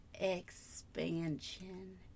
expansion